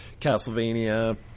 Castlevania